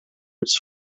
its